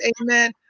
Amen